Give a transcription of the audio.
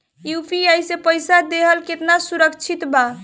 UPI से पईसा देहल केतना सुरक्षित बा?